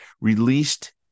released